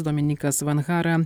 dominykas vanhara